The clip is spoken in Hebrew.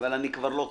אבל אני כבר לא צעיר,